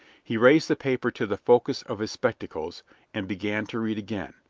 he raised the paper to the focus of his spectacles and began to read again.